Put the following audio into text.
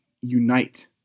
unite